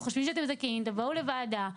או חושבים שאתם זכאים תבואו לוועדה,